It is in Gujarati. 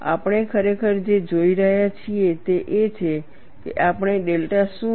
આપણે ખરેખર જે જોઈ રહ્યા છીએ તે એ છે કે આપણે ડેલ્ટા શું છે